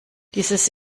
dieses